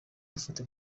mufate